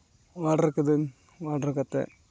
order ᱠᱤᱫᱟᱹᱧ ᱚᱰᱟᱨ ᱠᱟᱛᱮᱫ